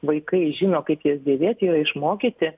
vaikai žino kaip jas dėvėt yra išmokyti